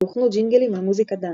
והוכנו ג'ינגלים על מוזיקת דאנס.